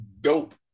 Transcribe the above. dope